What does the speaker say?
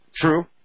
True